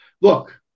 Look